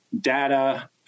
data